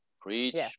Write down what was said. Preach